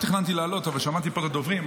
לא תכננתי לעלות אבל שמעתי פה את הדוברים.